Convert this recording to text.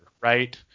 right